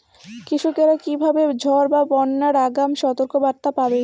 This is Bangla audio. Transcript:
কৃষকেরা কীভাবে ঝড় বা বন্যার আগাম সতর্ক বার্তা পাবে?